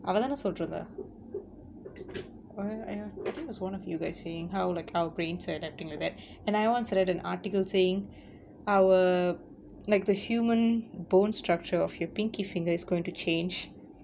அவதான சொல்லிடிருந்தா:avathaana sollitirunthaa I think it was one of you guys saying how like our brain's are adapting to that and I once read an article saying our like the human bone structure of your pinky finger is going to change